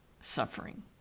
suffering